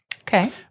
Okay